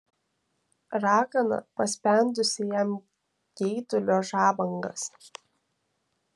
ragana paspendusi jam geidulio žabangas